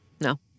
no